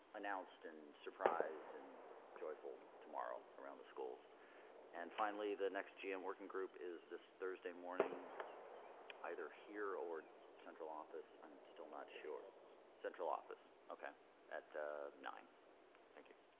announced and surprised and joyful tomorrow around the schools and finally the next gm working group is this thursday morning either here or central office i'm still not sure central office ok at nine thank you